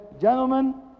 gentlemen